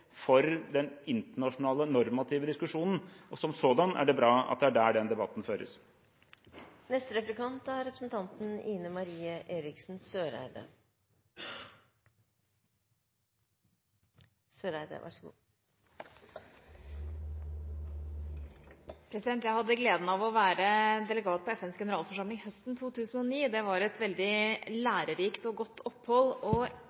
for den internasjonale normative diskusjonen, og sånn sett er det bra at det er der den debatten føres. Jeg hadde gleden av å være delegat på FNs generalforsamling høsten 2009. Det var et veldig lærerikt og